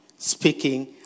speaking